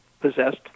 possessed